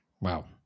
Wow